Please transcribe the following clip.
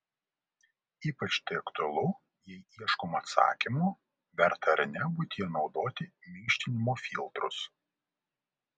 ypač tai aktualu jei ieškoma atsakymo verta ar ne buityje naudoti minkštinimo filtrus